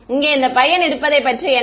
இங்கே இந்த பையன் இருப்பதை பற்றி என்ன